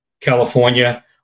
California